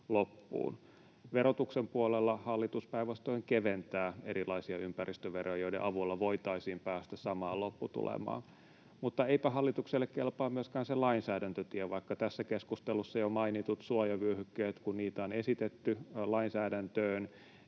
Verotuksen puolella hallitus päinvastoin keventää erilaisia ympäristöveroja, joiden avulla voitaisiin päästä samaan lopputulemaan. Mutta eipä hallitukselle kelpaa myöskään se lainsäädäntötie: vaikka tässä keskustelussa jo mainittuja suojavyöhykkeitä on esitetty lainsäädäntöön,